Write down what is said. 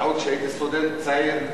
עוד כשהייתי סטודנט צעיר,